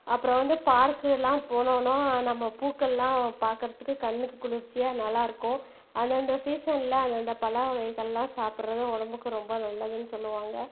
அப்புறம் வந்து பார்க் எல்லாம் போனோம்னா நம்ம பூக்கள்லாம் பார்க்குறத்துக்கு கண்ணுக்கு குளிர்ச்சியாக நல்லா இருக்கும் அந்த அந்த சீசன்ல அந்த அந்த பழவகைகள் எல்லாம் சாப்பிடுறது உடம்புக்கு ரொம்ப நல்லதுனு சொல்லுவாங்க